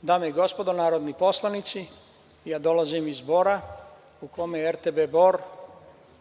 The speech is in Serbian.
Dame i gospodo narodni poslanici, ja dolazim iz Bora, u kome je RTB Bor